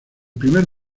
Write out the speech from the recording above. primer